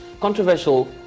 controversial